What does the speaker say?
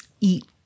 eat